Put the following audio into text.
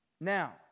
Now